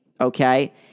okay